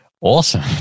Awesome